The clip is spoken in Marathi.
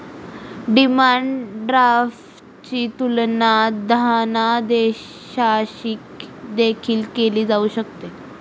डिमांड ड्राफ्टची तुलना धनादेशाशी देखील केली जाऊ शकते